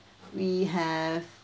we have